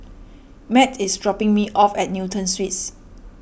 Matt is dropping me off at Newton Suites